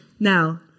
Now